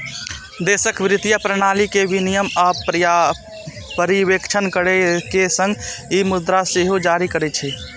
देशक वित्तीय प्रणाली के विनियमन आ पर्यवेक्षण करै के संग ई मुद्रा सेहो जारी करै छै